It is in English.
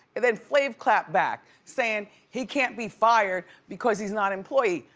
then flav clapped back, saying, he can't be fired because he's not employed.